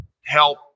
help